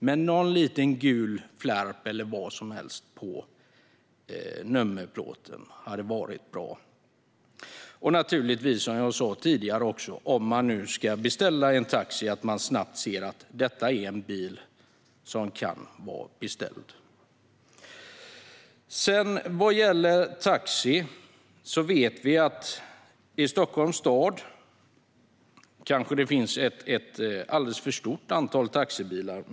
Men en liten, gul flärp eller vad som helst på nummerplåten hade varit bra. När man ska beställa en taxi ska man som sagt också snabbt kunna se att det kan vara en beställd bil. I Stockholms stad finns det kanske ett för stort antal taxibilar.